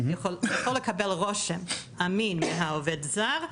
יכולה לקבל רושם אמין מהעובד הזר.